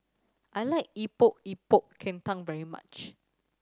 I like Epok Epok Kentang very much